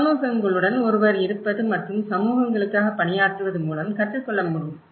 சமூகங்களுடன் ஒருவர் இருப்பது மற்றும் சமூகங்களுக்காக பணியாற்றுவது மூலம் கற்றுக் கொள்ள முடியும்